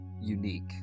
unique